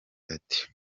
ati